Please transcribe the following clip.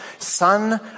son